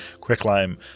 quicklime